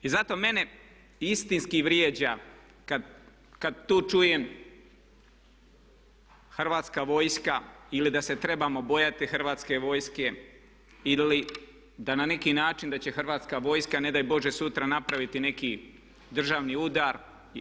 I zato mene istinski vrijeđa kad tu čujem Hrvatska vojska ili da se trebamo bojati Hrvatske vojske ili da ne neki način da će Hrvatska vojska ne daj Bože sutra napraviti neki državni udar.